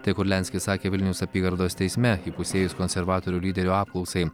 tai kurlianskis sakė vilniaus apygardos teisme įpusėjus konservatorių lyderio apklausai